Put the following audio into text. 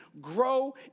grow